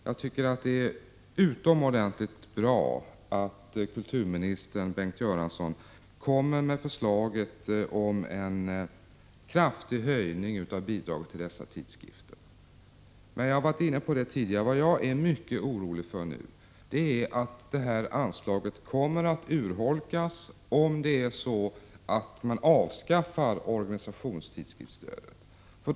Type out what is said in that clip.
Jag tycker att det är utomordentligt bra att kulturminister Bengt Göransson föreslår en kraftig höjning av bidraget till kulturtidskrifterna. Som jag varit inne på tidigare är jag emellertid mycket orolig för att anslaget kommer att urholkas om man avskaffar organisationstidskriftsstödet.